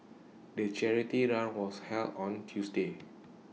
the charity run was held on Tuesday